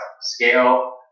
scale